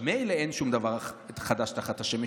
מילא שאין שום דבר חדש תחת השמש,